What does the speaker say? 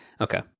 Okay